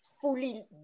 fully